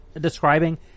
Describing